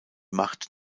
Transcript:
macht